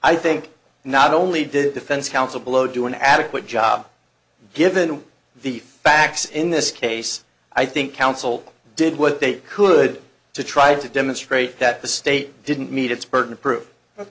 i think not only did defense counsel below do an adequate job given the facts in this case i think counsel did what they could to try to demonstrate that the state didn't meet its burden of proof o